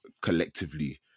collectively